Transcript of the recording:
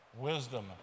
wisdom